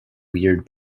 weird